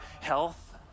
health